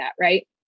right